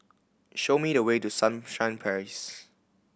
show me the way to Sunshine Place